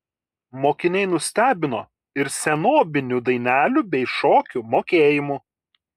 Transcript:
mokiniai nustebino ir senobinių dainelių bei šokių mokėjimu